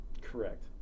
Correct